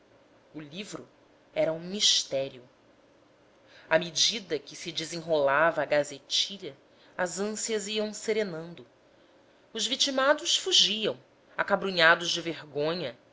o livro era um mistério à medida que se desenrolava a gazetilha as ânsias iam serenando os vitimados fugiam acabrunhados de vergonha